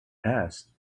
passed